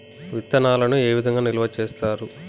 విత్తనాలు ఏ విధంగా నిల్వ చేస్తారు?